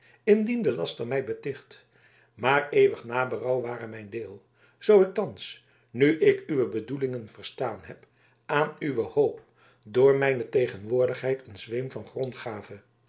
indien de laster mij beticht maar eeuwig naberouw ware mijn deel zoo ik thans nu ik uwe bedoelingen verstaan heb aan uwe hoop door mijne tegenwoordigheid een zweem van grond gave